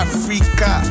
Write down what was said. Africa